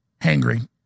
hangry